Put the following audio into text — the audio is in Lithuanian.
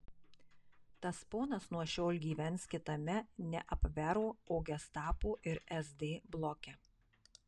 tas ponas nuo šiol gyvens kitame ne abvero o gestapo ir sd bloke